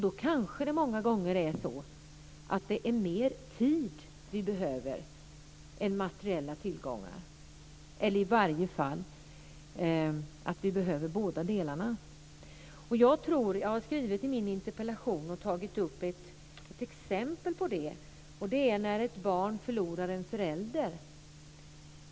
Då kanske det många gånger är mer tid vi behöver i stället för materiella tillgångar. I varje fall behöver vi båda delarna. Jag har tagit upp ett exempel på det i min interpellation. Det är när ett barn förlorar en förälder.